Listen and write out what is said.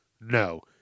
No